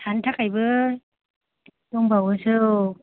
थानो थाखायबो दंबावयोसो औ